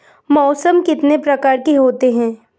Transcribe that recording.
मौसम कितने प्रकार के होते हैं?